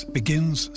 begins